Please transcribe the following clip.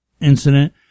incident